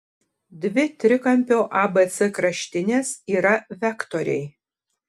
dvi trikampio abc kraštinės yra vektoriai